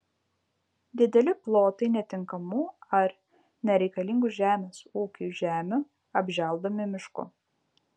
dideli plotai netinkamų ar nereikalingų žemės ūkiui žemių apželdomi mišku